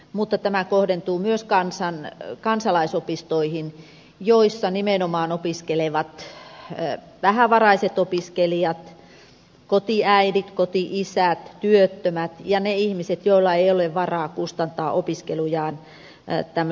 mutta tämä kohdentuu myös kansalaisopistoihin joissa nimenomaan opiskelevat vähävaraiset opiskelijat kotiäidit koti isät työttömät ja ne ihmiset joilla ei ole varaa kustantaa opiskelujaan kalliimmissa opinahjoissa